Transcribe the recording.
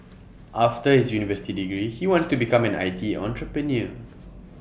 after his university degree he wants to become an I T entrepreneur